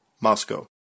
Moscow